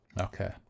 Okay